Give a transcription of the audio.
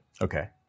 Okay